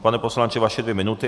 Pane poslanče, vaše dvě minuty.